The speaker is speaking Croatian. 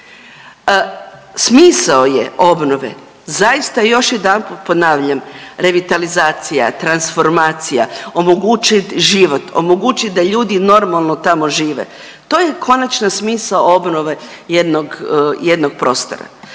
Smisao je obnove zaista još jedanput ponavlja, revitalizacija, transformacija, omogućiti život, omogućiti da ljudi normalno tamo žive. To je konačna smisao obnove jednog prostora.